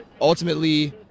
Ultimately